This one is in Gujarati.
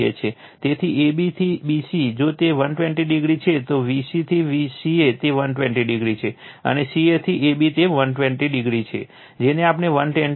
તેથી ab થી bc જો તે 120o છે તો vc થી ca તે 120o છે અને ca થી ab તે 120o છે જેને આપણે 120o કહીએ છીએ